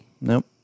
Nope